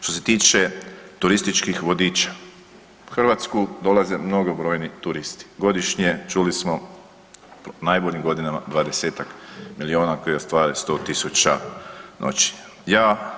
Što se tiče turističkih vodiča, u Hrvatsku dolaze mnogobrojni turisti, godišnje čuli smo u najboljim godinama 20-tak milijuna koji ostvare 100.000 noćenja.